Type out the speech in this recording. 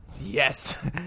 Yes